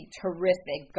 terrific